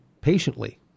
patiently